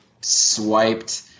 swiped